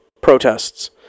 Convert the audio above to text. protests